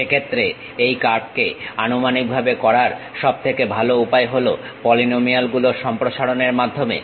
সেক্ষেত্রে এই কার্ভকে আনুমানিকভাবে করার সবথেকে ভালো উপায় হলো পলিনোমিয়াল গুলোর সম্প্রসারণের মাধ্যমে